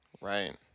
Right